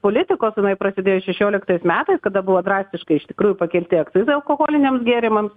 politikos jinai prasidėjo šešioliktais metais kada buvo drastiškai iš tikrųjų pakelti akcizai alkoholiniams gėrimams